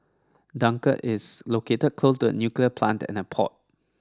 Dunkirk is located close to a nuclear plant and a port